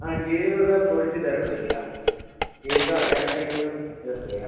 അതെ ജീരകമൊക്കെ പൊടിച്ച് ചേർക്കുകയാണ് ചെയ്യുക ജീരകം ഏലക്കായ ഒക്കെ ചേർക്കുകയാണ് ചെയ്യുക